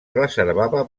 reservava